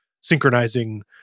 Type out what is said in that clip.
synchronizing